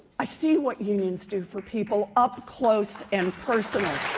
i see what unions do for people up close and personal.